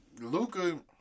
Luca